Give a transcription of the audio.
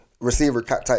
receiver-type